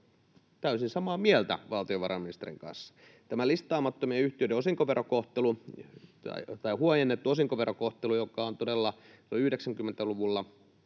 täysin samaa mieltä valtiovarainministerin kanssa. Tämä listaamattomien yhtiöiden huojennettu osinkoverokohtelu, joka on todella silloin 90-luvulla